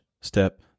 step